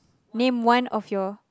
name one of your